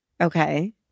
Okay